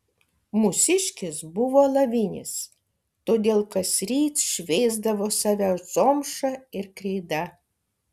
mūsiškis buvo alavinis todėl kasryt šveisdavo save zomša ir kreida